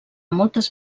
moltes